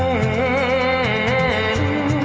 a